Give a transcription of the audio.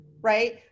Right